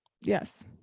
Yes